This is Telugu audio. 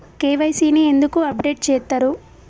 కే.వై.సీ ని ఎందుకు అప్డేట్ చేత్తరు?